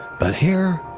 but here,